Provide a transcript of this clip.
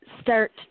start